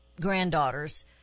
granddaughters